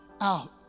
out